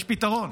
יש פתרון.